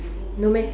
no meh